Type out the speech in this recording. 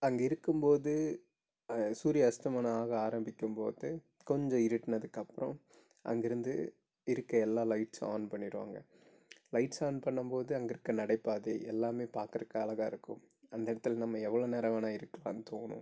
அங்கே இருக்கும் போது சூரிய அஸ்தமனமாக ஆரம்பிக்கும் போது கொஞ்சம் இருட்டுனத்துக்கு அப்புறம் அங்கேருந்து இருக்க எல்லா லைட்ஸும் ஆன் பண்ணிடுவாங்க லைட்ஸ் ஆன் பண்ணும் போது அங்கேருக்க நடைபாதை எல்லாம் பார்க்குறக்கு அழகாயிருக்கும் அந்த இடத்துல நம்ம எவ்வளோ நேரம் வேணுணா இருக்கலான்னு தோணும்